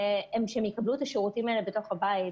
שהם יקבלו את השירותים האלה בתוך הבית.